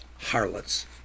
harlots